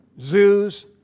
Zoos